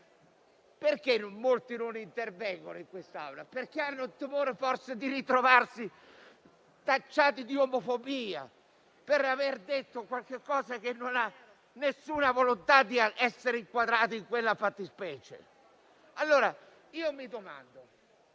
infatti non intervengono in quest'Aula forse perché hanno il timore di ritrovarsi tacciati di omofobia per aver detto qualcosa che non ha alcuna volontà di essere inquadrata in quella fattispecie. Io mi domando